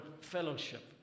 fellowship